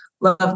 Love